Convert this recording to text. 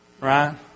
Right